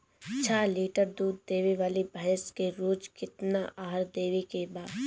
छह लीटर दूध देवे वाली भैंस के रोज केतना आहार देवे के बा?